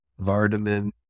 Vardaman